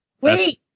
Wait